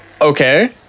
Okay